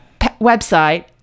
website